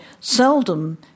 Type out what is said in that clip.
seldom